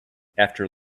after